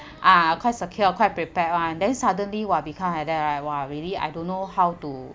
ah quite secured quite prepared [one] then suddenly !wah! become like that !wah! really I don't know how to